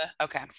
okay